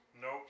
Nope